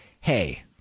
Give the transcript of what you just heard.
hey